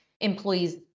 employees